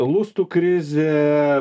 lustų krizė